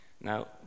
Now